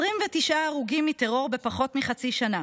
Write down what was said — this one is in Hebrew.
29 הרוגים מטרור בפחות מחצי שנה,